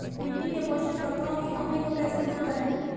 मिट्टी के पोषक तत्वों की कमी को कैसे दूर करें?